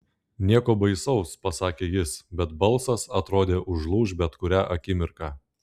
nieko baisaus pasakė jis bet balsas atrodė užlūš bet kurią akimirką